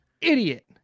Idiot